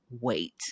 wait